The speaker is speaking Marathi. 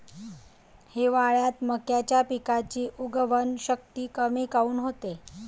हिवाळ्यात मक्याच्या पिकाची उगवन शक्ती कमी काऊन होते?